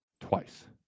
twice